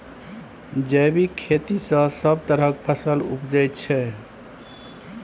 जैबिक खेती सँ सब तरहक फसल उपजै छै